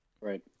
Right